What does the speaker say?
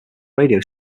radio